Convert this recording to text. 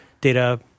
data